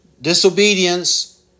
disobedience